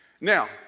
Now